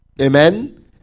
Amen